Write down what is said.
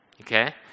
Okay